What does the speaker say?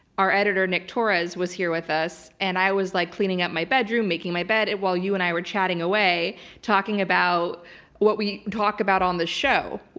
our editor nick torres was here with us, and i was like cleaning up my bedroom, making my bed and while you and i were chatting away talking about what we talk about on the show.